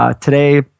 Today